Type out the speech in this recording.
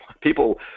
People